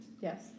Yes